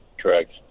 Correct